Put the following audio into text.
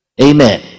Amen